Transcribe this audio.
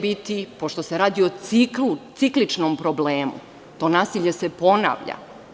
Pošto se radi o cikličnom problemu, to nasilje se ponavlja.